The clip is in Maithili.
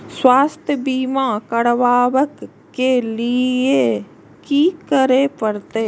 स्वास्थ्य बीमा करबाब के लीये की करै परतै?